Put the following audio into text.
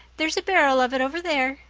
there's a barrel of it over there,